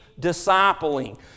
discipling